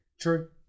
True